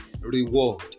reward